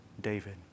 David